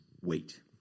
wait